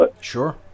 Sure